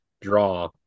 draw